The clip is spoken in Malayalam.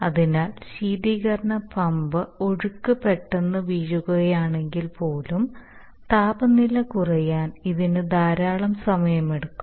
അതിനാൽ ശീതീകരണ പമ്പ് ഒഴുക്ക് പെട്ടെന്ന് വീഴുകയാണെങ്കിൽപ്പോലും താപനില കുറയാൻ ഇതിന് ധാരാളം സമയമെടുക്കും